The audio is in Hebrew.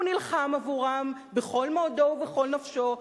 הוא נלחם עבורם בכל מאודו ובכל נפשו,